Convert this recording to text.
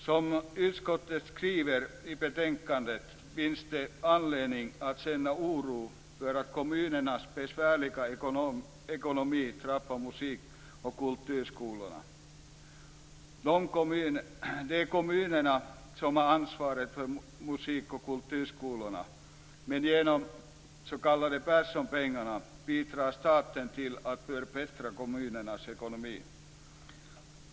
Som utskottet skriver i betänkandet finns det anledning att känna oro för att kommunernas besvärliga ekonomi drabbar musik och kulturskolorna. Det är kommunerna som har ansvaret för musikoch kulturskolorna, men genom de s.k. Perssonpengarna bidrar staten till att förbättra kommunernas ekonomi.